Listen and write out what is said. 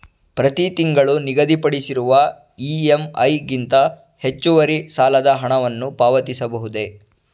ಪ್ರತಿ ತಿಂಗಳು ನಿಗದಿಪಡಿಸಿರುವ ಇ.ಎಂ.ಐ ಗಿಂತ ಹೆಚ್ಚುವರಿ ಸಾಲದ ಹಣವನ್ನು ಪಾವತಿಸಬಹುದೇ?